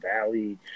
Valley